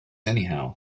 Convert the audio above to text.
anyhow